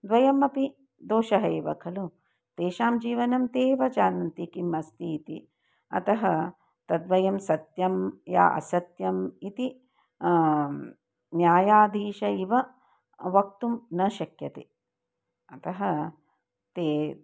द्वयमपि दोषः एव खलु तेषां जीवनं ते एव जानन्ति किम् अस्ति इति अतः तद्वयं सत्यं या असत्यम् इति न्यायाधीशः इव वक्तुं न शक्यते अतः ते